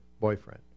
boyfriend